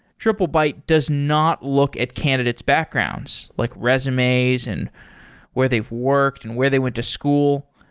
triplebyte does not look at candidate's backgrounds, like resumes and where they've worked and where they went to school.